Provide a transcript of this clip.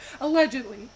allegedly